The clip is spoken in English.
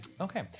okay